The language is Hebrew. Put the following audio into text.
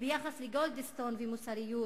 וביחס לגולדסטון ומוסריות,